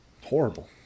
Horrible